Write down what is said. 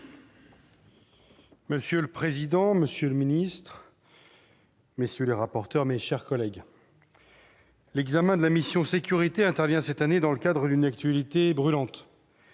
Monsieur le président, monsieur le secrétaire d'État, madame, messieurs les rapporteurs, mes chers collègues, l'examen de la mission « Sécurités » intervient cette année dans le cadre d'une actualité brûlante.